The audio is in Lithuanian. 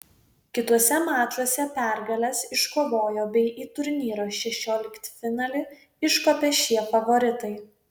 kituose mačuose pergales iškovojo bei į į turnyro šešioliktfinalį iškopė šie favoritai